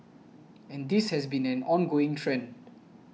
and this has been an ongoing trend